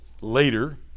later